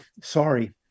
sorry